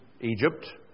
Egypt